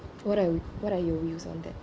what're you what are your views on that